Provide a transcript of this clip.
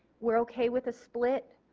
we are okay with the split,